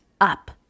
up